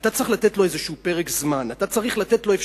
אתה צריך לתת לו איזשהו פרק זמן.